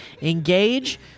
engage